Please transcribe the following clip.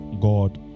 God